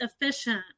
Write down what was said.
efficient